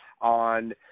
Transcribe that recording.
on